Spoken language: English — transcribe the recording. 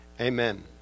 amen